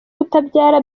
kutabyara